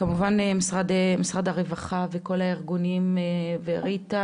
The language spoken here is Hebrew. כמובן משרד הרווחה וכל הארגונים וריטה